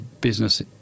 business